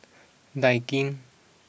Daikin